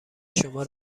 شما